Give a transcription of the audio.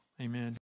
Amen